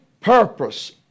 purpose